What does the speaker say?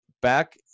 back